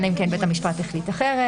אלא אם כן בית המשפט החליט אחרת.